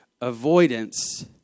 avoidance